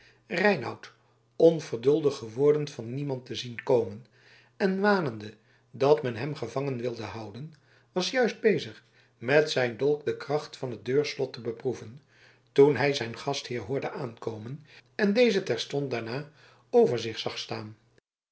reinout onverduldig geworden van niemand te zien komen en wanende dat men hem gevangen wilde houden was juist bezig met zijn dolk de kracht van het deurslot te beproeven toen hij zijn gastheer hoorde aankomen en dezen terstond daarna over zich zag staan